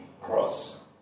cross